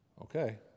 Okay